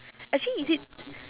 actually is it